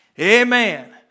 Amen